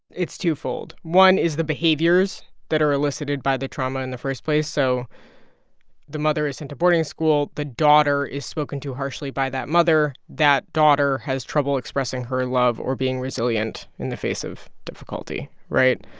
it's twofold. one is the behaviors that are elicited by the trauma in the first place. so the mother is sent to boarding school, the daughter is spoken to harshly by that mother, that daughter has trouble expressing her love or being resilient in the face of difficulty, right?